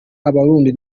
abarundi